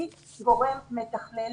מי גורם מתכלל?